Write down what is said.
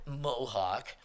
mohawk